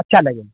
اچھا لگے